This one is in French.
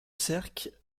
sercq